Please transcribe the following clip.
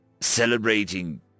celebrating